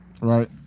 right